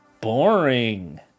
boring